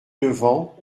levant